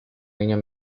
niño